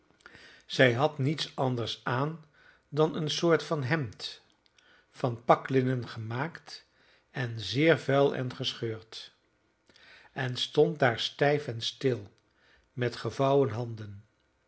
zij had niets anders aan dan eene soort van hemd van paklinnen gemaakt en zeer vuil en gescheurd en stond daar stijf en stil met gevouwen handen